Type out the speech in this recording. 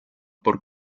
por